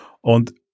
Und